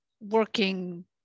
working